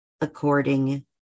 according